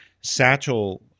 Satchel